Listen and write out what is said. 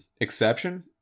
exception